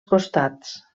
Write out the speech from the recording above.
costats